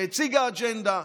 שהציגה אג'נדה,